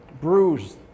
bruised